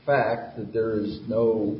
fact that there's no